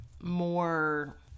more